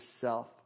self